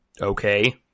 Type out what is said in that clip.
Okay